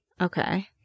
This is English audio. Okay